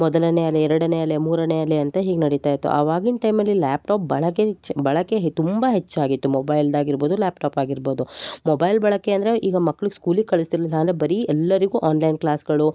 ಮೊದಲನೆ ಅಲೆ ಎರಡನೆ ಅಲೆ ಮೂರನೆ ಅಲೆ ಅಂತ ಹೀಗೆ ನಡಿತಾ ಇತ್ತು ಅವಾಗಿನ ಟೈಮಲ್ಲಿ ಲ್ಯಾಪ್ಟಾಪ್ ಬಳಕೆ ಹೆಚ್ಚು ಬಳಕೆ ಹೆ ತುಂಬ ಹೆಚ್ಚಾಗಿತ್ತು ಮೊಬೈಲ್ದಾಗಿರ್ಬೌದು ಲ್ಯಾಪ್ಟಾಪ್ ಆಗಿರ್ಬೌದು ಮೊಬೈಲ್ ಬಳಕೆ ಅಂದರೆ ಈಗ ಮಕ್ಳಿಗೆ ಸ್ಕೂಲ್ಗೆ ಕಳಿಸ್ತಿರಲಿಲ್ಲಾ ಆದರೆ ಬರೀ ಎಲ್ಲರಿಗು ಆನ್ಲೈನ್ ಕ್ಲಾಸ್ಗಳು